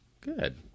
Good